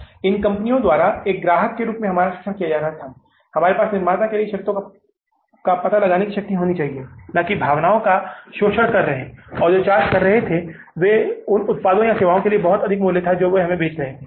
इन भारतीय कंपनियों द्वारा एक ग्राहक के रूप में हमारा शोषण किया जा रहा था हमारे पास निर्माता के लिए शर्तों का पता लगाने की शक्ति होनी चाहिए न कि वे भावनाओं का शोषण कर रहे थे और जो चार्ज कर रहे थे वे उन उत्पादों या सेवाओं के लिए बहुत अधिक मूल्य था जो वे हमें बेच रहे थे